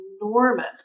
enormous